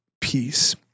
peace